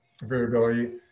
variability